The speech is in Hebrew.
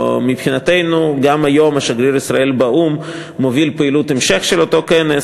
מבחינתנו גם היום שגריר ישראל באו"ם מוביל פעילות המשך של אותו כנס,